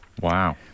Wow